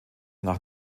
nach